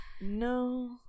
No